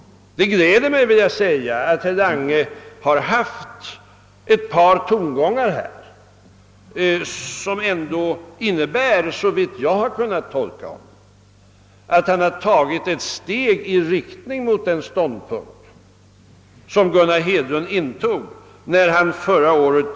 Det gläder mig emellertid att i herr Langes debattinlägg kunde höras tongångar som ändå, såvitt jag kunde bedöma, innebär att han tagit ett steg i riktning mot den ståndpunkt som Gunnar Hedlund intog i juli förra året.